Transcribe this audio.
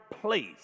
place